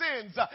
sins